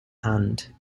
hand